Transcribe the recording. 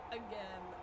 again